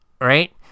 Right